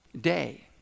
day